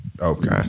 Okay